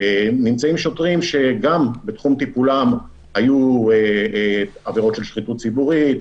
נמצאים שוטרים שגם בתחום טיפולם היו עבירות של שחיתות ציבורית,